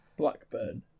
Blackburn